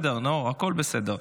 הכול בסדר.